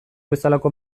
bezalako